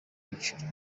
byiciro